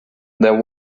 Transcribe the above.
there